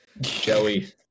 Joey